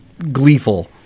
gleeful